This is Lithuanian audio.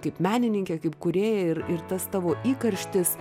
kaip menininkė kaip kūrėja ir ir tas tavo įkarštis